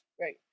Right